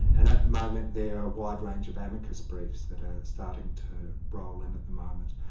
and at the moment there are a wide range of amicus briefs that are starting to roll in at the moment.